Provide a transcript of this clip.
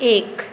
एक